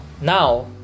Now